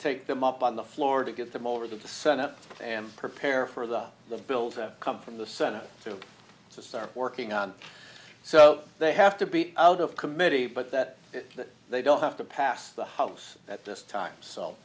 take them up on the floor to get them over to the senate and prepare for the the bills that come from the senate to start working on so they have to be out of committee but that it that they don't have to pass the house at this time so